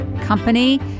company